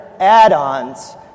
add-ons